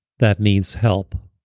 that needs help.